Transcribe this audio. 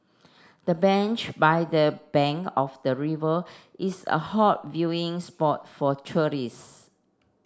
the bench by the bank of the river is a hot viewing spot for tourists